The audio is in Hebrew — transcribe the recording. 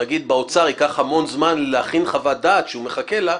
נגיד באוצר ייקח המון זמן להכין חוות דעת שהוא מחכה לה,